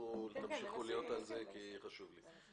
תמשיכו להיות על זה כי זה חשוב לי.